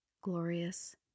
glorious